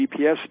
GPS